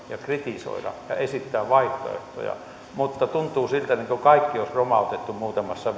ja kritisoida ja esittää vaihtoehtoja mutta tuntuu siltä kuin kaikki olisi romautettu muutamassa